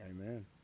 Amen